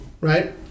right